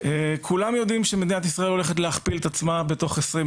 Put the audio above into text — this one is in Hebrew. כולם יודעים שמדינת ישראל הולכת להכפיל את עצמה בתוך 20,